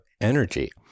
energy